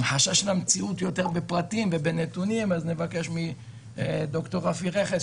המחשה של המציאות יותר בפרטים ונתונים נבקש מד"ר רפי רכס,